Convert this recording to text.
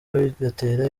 bigatera